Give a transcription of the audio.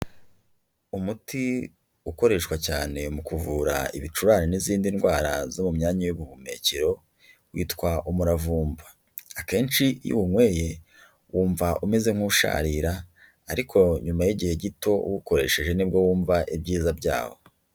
Umuti ukoreshwa cyane mu kuvura ibicurane n'izindi ndwara zo mu myanya y'ubuhumekero, witwa umuravumba. Akenshi iyo uwunyweye wumva umeze nk'usharira, ariko nyuma y'igihe gito uwukoresheje ni bwo wumva ibyiza byawo.